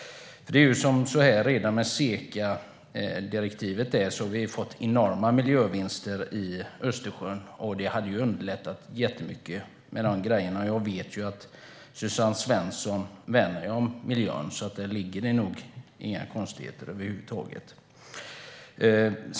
Redan med SECA-direktivet har vi fått enorma miljövinster i Östersjön, och det hade underlättat mycket med de här sakerna också. Jag vet ju att Suzanne Svensson värnar om miljön, så där ligger det nog inga konstigheter över huvud taget.